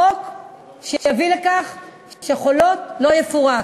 חוק שיביא לכך ש"חולות" לא יפורק,